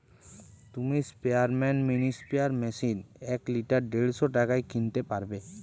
তুমি স্পেয়ারম্যান mini sprayer machine এক লিটার দেড়শ টাকায় কিনতে পারবে